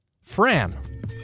Fran